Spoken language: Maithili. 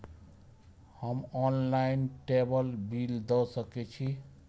हम ऑनलाईनटेबल बील दे सके छी?